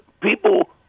People